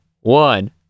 one